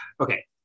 okay